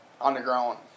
Underground